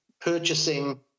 purchasing